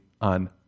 on